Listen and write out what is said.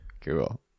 Cool